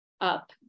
up